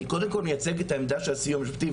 אני קודם כול מייצג את העמדה של הסיוע המשפטי,